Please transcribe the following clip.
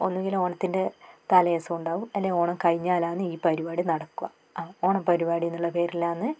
ഒന്നിങ്കിൽ ഓണത്തിൻ്റെ തലേ ദിവസം ഉണ്ടാകും അല്ലെങ്കിൽ ഓണം കഴിഞ്ഞാലാണ് ഈ പരിപാടി നടക്കുക ഓണപരിപാടി എന്നുള്ള പേരിലാന്ന്